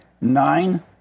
nine